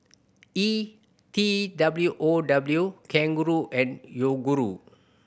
E T W O W Kangaroo and Yoguru